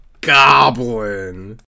goblin